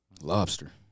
lobster